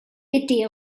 été